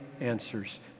answers